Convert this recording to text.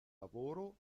lavoro